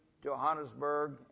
Johannesburg